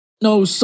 No